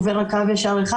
עובר לקו ישר אחד,